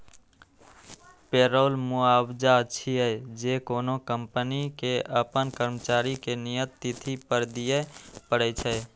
payroll मुआवजा छियै, जे कोनो कंपनी कें अपन कर्मचारी कें नियत तिथि पर दियै पड़ै छै